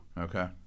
Okay